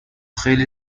خیلی